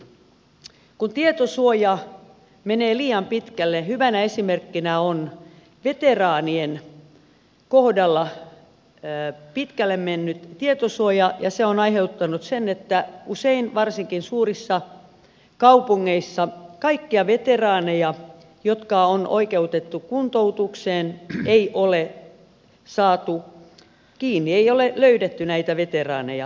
siitä kun tietosuoja menee liian pitkälle hyvänä esimerkkinä on veteraanien kohdalla pitkälle mennyt tietosuoja ja se on aiheuttanut sen että usein varsinkin suurissa kaupungeissa kaikkia veteraaneja jotka ovat oikeutettuja kuntoutukseen ei ole saatu kiinni ei ole löydetty näitä veteraaneja